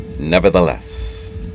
Nevertheless